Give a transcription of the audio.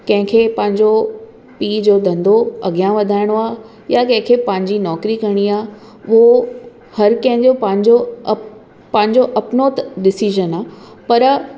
कंहिंखे पंहिंजो पीउ जो धंधो अॻियां वधाइणो आहे या कंहिंखे पंहिंजी नौकरी करिणी आहे उहो हर कंहिंजो पंहिंजो अप पंहिंजो अपनो त डिसीजन आहे पर